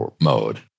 mode